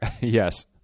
Yes